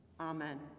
Amen